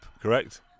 correct